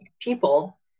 people